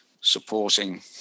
supporting